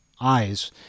eyes